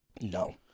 No